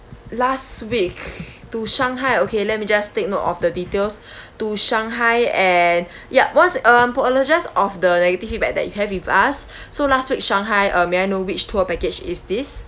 last week to shanghai okay let me just take note of the details to shanghai and ya what's um apologise of the negative feedback that you have with us so last week shanghai uh may I know which tour package is this